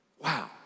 Wow